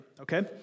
okay